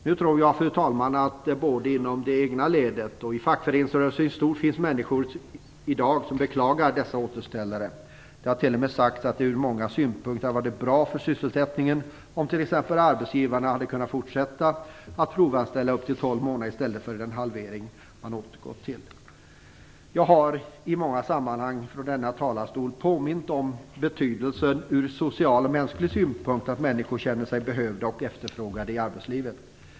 Nu tror jag, fru talman, att det både inom det egna ledet och i fackföreningsrörelsen i stort finns människor som i dag beklagar dessa återställare. Det har t.o.m. sagts att det från många synpunkter hade varit bra för sysselsättningen om t.ex. arbetsgivarna hade kunnat fortsätta att provanställa i upp till tolv månader i stället för att tiden har halverats till att åter bli sex månader. Jag har i många sammanhang från denna talarstol påmint om betydelsen från social och mänsklig synpunkt av att människor känner sig efterfrågade och behövda i arbetslivet.